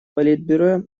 политбюро